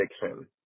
fiction